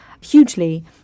hugely